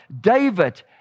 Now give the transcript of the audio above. David